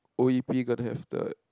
O_E_P gonna have the